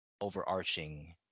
overarching